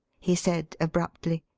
he said, abruptly.